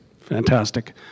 Fantastic